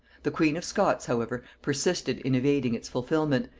the queen of scots, however, persisted in evading its fulfilment,